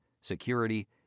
security